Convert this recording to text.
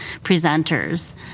presenters